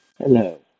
Hello